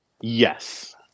Yes